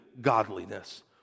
godliness